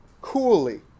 coolly